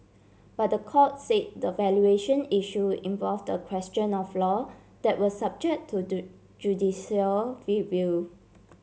but the court say the valuation issue involved a question of law that was subject to judicial review